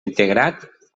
integrat